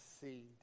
seed